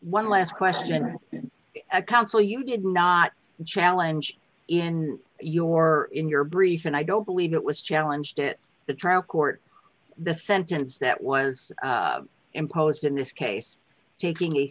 one last question in a council you did not challenge in your in your brief and i don't believe it was challenge to the trial court the sentence that was imposed in this case taking a